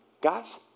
guys